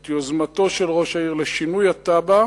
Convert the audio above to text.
את יוזמתו של ראש העיר לשינוי התב"ע,